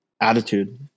attitude